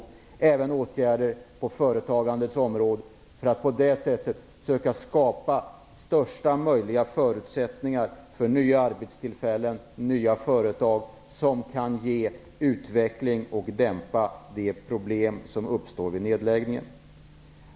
Det behövs även åtgärder på företagandets område för att skapa bästa möjliga förutsättningar för nya arbetstillfällen och nya företag, som kan ge utveckling och kan dämpa de problem som uppstår vid nedläggningen.